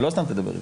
ולא סתם תדבר איתי,